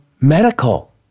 medical